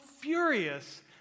furious